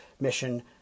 Mission